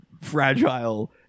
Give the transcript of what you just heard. fragile